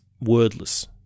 wordless